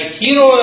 hero